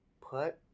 put